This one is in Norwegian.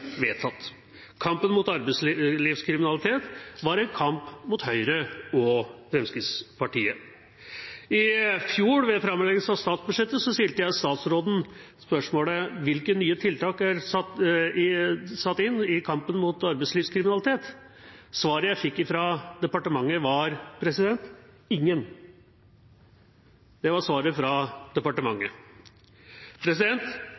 vedtatt. Kampen mot arbeidslivskriminalitet var en kamp mot Høyre og Fremskrittspartiet. Ved framleggelsen av statsbudsjettet i fjor stilte jeg statsråden spørsmålet: Hvilke nye tiltak er satt inn i kampen mot arbeidslivskriminalitet? Svaret jeg fikk fra departementet, var: ingen. Det var svaret fra